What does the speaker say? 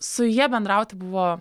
su ja bendrauti buvo